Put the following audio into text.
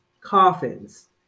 coffins